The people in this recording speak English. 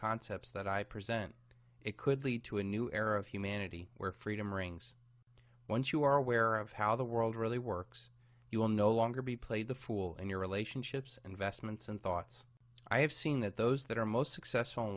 concepts that i present it could lead to a new era of humanity where freedom rings once you are aware of how the world really works you will no longer be played the fool in your relationships investments and thoughts i have seen that those that are most successful in